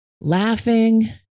laughing